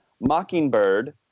Mockingbird